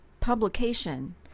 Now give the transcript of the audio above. publication